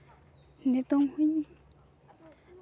ᱱᱤᱛᱚᱜ ᱦᱚᱸᱧ